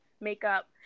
makeup